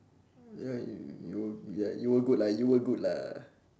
ya you you you were ya you were good lah you were good lah